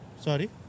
Sorry